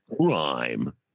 crime